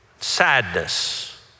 sadness